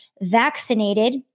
vaccinated